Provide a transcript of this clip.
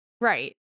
right